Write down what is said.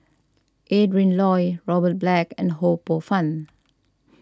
Adrin Loi Robert Black and Ho Poh Fun